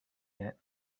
yet